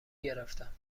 گرفتم